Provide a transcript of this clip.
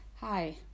hi